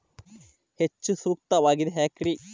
ಹೆಚ್ಚು ಸೂಕ್ತವಾಗಿದೆ ಯಾಕ್ರಿ?